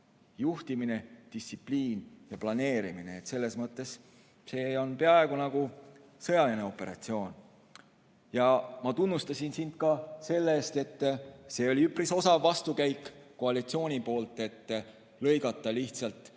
juhtimine, distsipliin ja planeerimine. Selles mõttes on see peaaegu nagu sõjaline operatsioon. Ma tunnustasin sind ka selle eest, et see oli üpris osav vastukäik koalitsiooni poolt, et lõigata välja lihtsalt nii